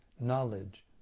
knowledge